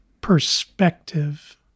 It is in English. perspective